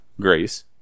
grace